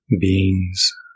beings